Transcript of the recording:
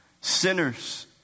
sinners